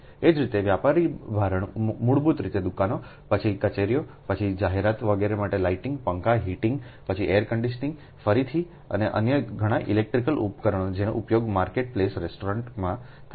એ જ રીતે વ્યાપારી ભારણ મૂળભૂત રીતે દુકાનો પછી કચેરીઓ પછી જાહેરાતો વગેરે માટે લાઇટિંગ પંખા હીટિંગ પછી એર કન્ડીશનીંગ ફરીથી અને અન્ય ઘણા ઇલેક્ટ્રિકલ ઉપકરણો જેનો ઉપયોગ માર્કેટ પ્લેસ રેસ્ટોરન્ટમાં થાય છે